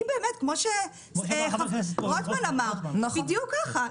אם באמת כמו שחבר הכנסת רוטמן אמר, בדיוק ככה.